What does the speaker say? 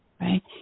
right